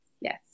Yes